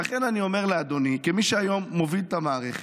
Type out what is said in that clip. ולכן אני אומר לאדוני, כמי שהיום מוביל את המערכת,